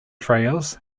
trails